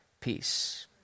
peace